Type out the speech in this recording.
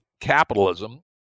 capitalism